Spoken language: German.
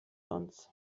uns